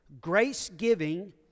grace-giving